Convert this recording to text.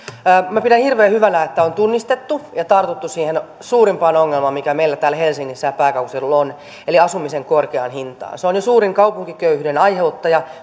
minä pidän hirveän hyvänä että on tunnistettu ja tartuttu siihen suurimpaan ongelmaan mikä meillä täällä helsingissä ja pääkaupunkiseudulla on eli asumisen korkeaan hintaan se on jo suurin kaupunkiköyhyyden aiheuttaja